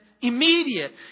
immediate